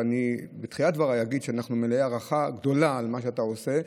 ואני בתחילת דבריי אגיד שאנחנו מלאי הערכה גדולה על מה שאתה עושה,